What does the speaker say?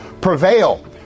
prevail